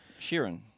Sheeran